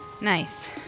nice